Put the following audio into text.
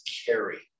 carry